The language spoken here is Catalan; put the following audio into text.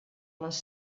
les